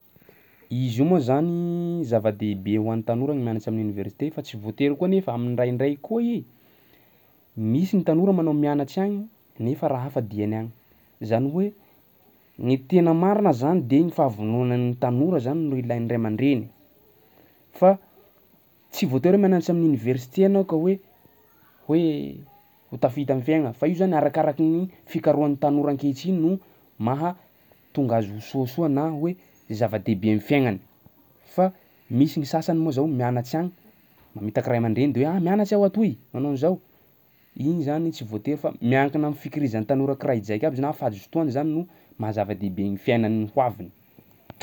Izy io moa zany zava-dehibe ho an'ny tanora gny mianatra amin'ny oniversite fa tsy voatery koa nefa am'ndraindray koa i misy ny tanora manao mianatsy agny nefa raha hafa diany agny, zany hoe ny tena marina zany de ny fahavononan'ny tanora zany no ilain'ny ray aman-dreny, fa tsy voatery hoe mianatsy amin'ny oniversite anao ka hoe hoe ho tafita am'fiaigna fa io zany arakaraky ny fikarohan'ny tanora ankehitriny no maha-tonga azy ho soasoa na hoe zava-dehibe am'fiaignany. Fa misy gny sasany moa zao mianatsy agny mamitaky ray aman-dreny de hoe ah! mianatsa aho atoy, manao an'zao. Igny zany tsy voatery fa miankina am'fikirizan'ny tanora kiraidraiky aby na fahazotoany no mahazava-dehibe gny fiainany ho aviny.